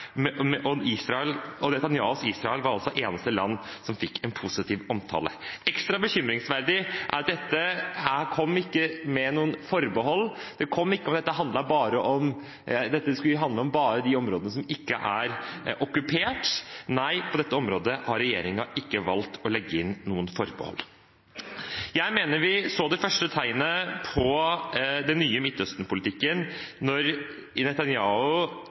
og Netanyahus Israel var altså eneste land som fikk en positiv omtale. Ekstra bekymringsfullt er det at dette kom ikke med noe forbehold, det skulle ikke bare handle om de områdene som ikke er okkupert. Nei, på dette området har regjeringen ikke valgt å legge inn noen forbehold. Jeg mener vi så det første tegnet på den nye Midtøsten-politikken da Netanyahu i